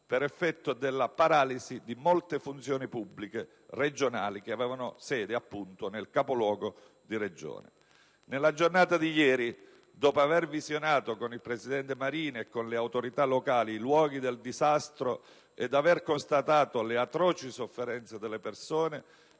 per effetto della paralisi di molte funzioni pubbliche regionali che avevano sede appunto nel capoluogo di Regione. Nella giornata di ieri, dopo aver visionato con il presidente Marini e con le autorità locali i luoghi del disastro ed aver constatato le atroci sofferenze delle persone,